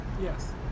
Yes